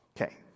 Okay